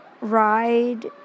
Ride